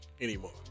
anymore